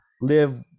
live